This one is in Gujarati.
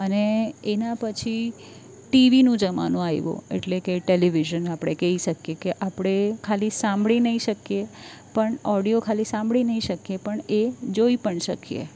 અને એના પછી ટીવીનો જમાનો આવ્યો એટલે કે ટેલિવિઝન આપણે કહી શકીએ કે આપણે ખાલી સાંભળી નહીં શકીએ પણ ઓડિયો ખાલી સાંભળી નહીં શકીએ પણ એ જોઈ પણ શકીએ